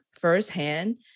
firsthand